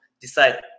decide